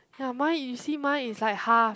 ya mine you see mine is like half